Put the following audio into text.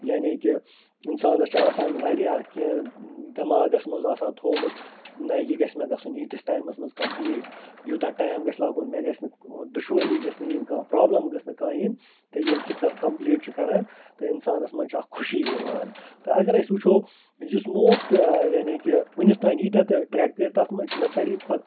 یعنی کہِ اِنسانَس چھُ آسان واریاہ کیٚنٛہہ دٮ۪ماغَس منٛز آسان تھومُت نَہ یہِ گژھِ مےٚ گژھُن ییٖتِس ٹایمَس منٛز کَمپٕلیٖٹ یوٗتاہ ٹایم گژھِ لَگُن مےٚ گژھِ نہٕ دُشوٲری گٔژھنہٕ یِنۍ کانٛہہ پرٛابلِم گٔژھنہٕ کانٛہہ یِنۍ تہٕ ییٚلہِ سُہ کَمپٕلیٖٹ چھِ کران تہٕ اِنسانَس منٛز چھِ اَکھ خوشی یِوان تہٕ اَگر أسۍ وٕچھو یُس موسٹ یعنی کہِ وٕنِس تام ییٖتیٛاہ تہِ ٹرٛٮ۪ک کٔرۍ تَتھ منٛز چھِ مےٚ ساروی کھۄتہٕ